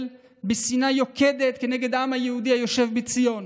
בשנאה יוקדת נגד העם היהודי היושב בציון.